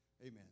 amen